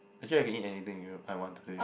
actually I can eat anything I want today